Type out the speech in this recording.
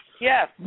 Yes